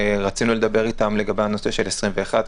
רצינו לדבר איתם לגבי הנושא של 2021,